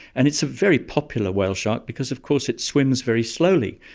and it's a very popular whale shark because of course it swims very slowly,